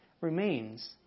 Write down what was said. remains